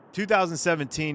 2017